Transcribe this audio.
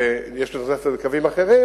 ויש לזה, קווים אחרים.